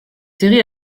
série